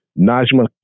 Najma